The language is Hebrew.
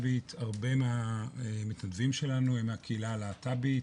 הרבה מהמתנדבים שלנו הם מהקהילה הלהט"בית,